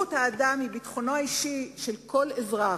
הבריאות היא ביטחונו האישי של כל אזרח,